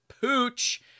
pooch